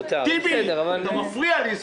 אתה מפריע לי,